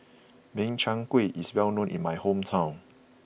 Min Chiang Kueh is well known in my hometown